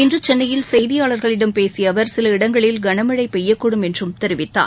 இன்று சென்னையில் செய்தியாளர்களிடம் பேசிய அவர் சில இடங்களில் கனமழை பெய்யக்கூடும் என்றும் தெரிவித்தார்